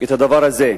את הדבר הזה: